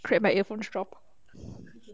crap my earphone drop